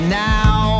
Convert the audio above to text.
now